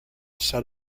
set